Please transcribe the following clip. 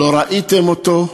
לא ראיתם אותו,